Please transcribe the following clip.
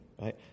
right